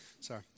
Sorry